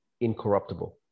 incorruptible